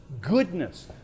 goodness